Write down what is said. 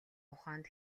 ухаанд